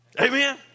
Amen